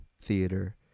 theater